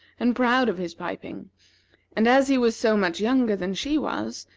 and proud of his piping and as he was so much younger than she was,